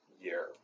year